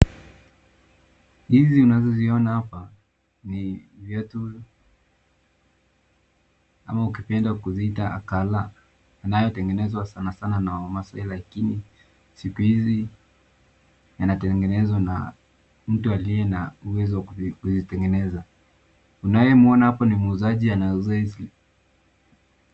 Hizi unazoziona hapa ni viatu, ama ukipenda kuziita akala inayotengenezwa sanasana na wamaasai lakini sikuizi yanatengenezwa na mtu aliyenauwezo wa kuitengeneza, unayemwona hapo ni muuzaji anayetengeneza.